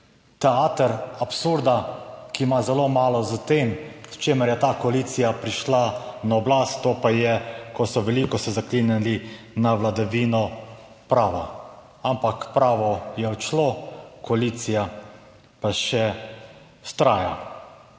teater absurda, ki ima zelo malo s tem s čimer je ta koalicija prišla na oblast, to pa je, ko so veliko se zaklinjali na vladavino prava, ampak pravo je odšlo, koalicija pa še vztraja.